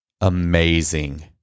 amazing